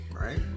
Right